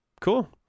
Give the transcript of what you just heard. cool